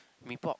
Mee-Pok